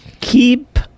keep